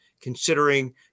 considering